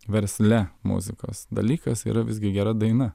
versle muzikos dalykas yra visgi gera daina